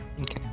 Okay